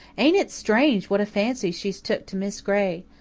ain't it strange what a fancy she's took to miss gray?